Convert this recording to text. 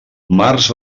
març